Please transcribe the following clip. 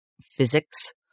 Physics